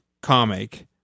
comic